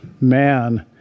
man